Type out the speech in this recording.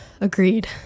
Agreed